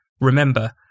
Remember